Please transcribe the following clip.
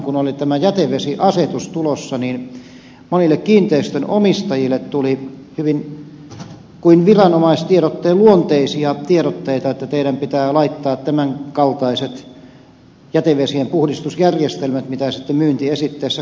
kun oli tämä jätevesiasetus tulossa niin monille kiinteistönomistajille tuli viranomaistiedotteen luonteisia tiedotteita että teidän pitää laittaa tämän kaltaiset jätevesien puhdistusjärjestelmät mitä sitten myyntiesitteessä kaupattiin